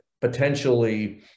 potentially